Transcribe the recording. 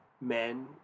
men